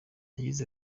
yagize